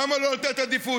למה לא לתת עדיפות?